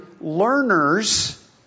learners